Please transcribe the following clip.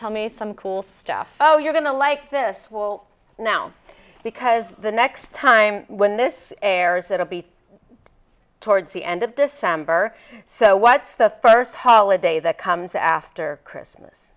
tell me some cool stuff oh you're going to like this will now because the next time when this airs that will be towards the end of december so what's the first holiday that comes after christmas